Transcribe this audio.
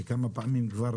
שכמה פעמים כבר